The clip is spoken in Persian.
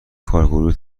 کارگروه